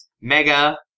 mega